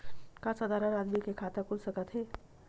का साधारण आदमी के खाता खुल सकत हे?